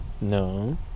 No